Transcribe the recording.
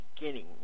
beginning